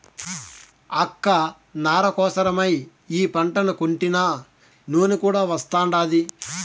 అక్క నార కోసరమై ఈ పంటను కొంటినా నూనె కూడా వస్తాండాది